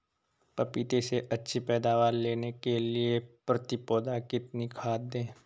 पपीते से अच्छी पैदावार लेने के लिए प्रति पौधा कितनी खाद दें?